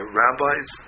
rabbis